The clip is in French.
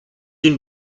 une